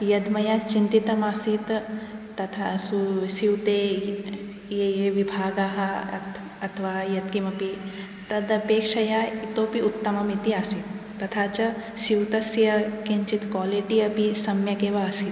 यद् मया चिन्तितमासीत् तथा सू स्यूते ये ये विभागाः अ अथवा यत् किमपि तदपेक्षया इतोऽपि उत्तममिति आसीत् तथा च स्यूतस्य किञ्चित् क्वालिटी अपि सम्यक् एव आसीत्